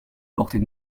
portée